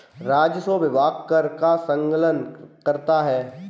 राजस्व विभाग कर का संकलन करता है